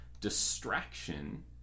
distraction